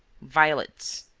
violets.